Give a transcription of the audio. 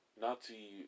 Nazi